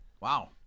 Wow